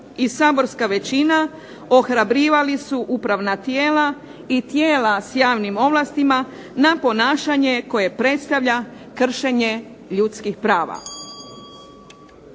i saborska većina ohrabrivali su upravna tijela i tijela s javnim ovlastima na ponašanje koje predstavlja kršenje ljudskih prava.